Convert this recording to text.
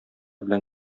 белән